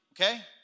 okay